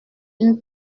une